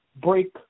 break